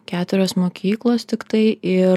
keturios mokyklos tiktai ir